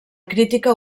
crítica